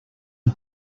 are